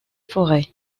forez